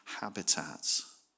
habitats